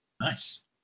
Nice